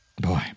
Boy